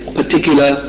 particular